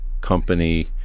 company